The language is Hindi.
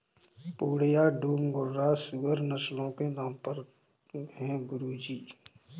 पूर्णिया, डूम, घुर्राह सूअर नस्लों के नाम है गुरु जी